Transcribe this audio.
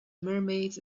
mermaids